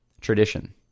Tradition